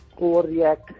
overreact